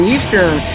Eastern